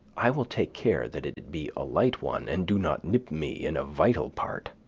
i will take care that it be a light one and do not nip me in a vital part.